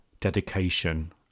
dedication